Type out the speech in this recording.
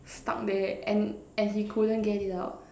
stuck there and and he couldn't get it out